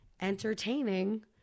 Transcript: entertaining